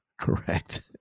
Correct